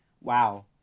Wow